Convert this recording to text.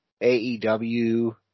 AEW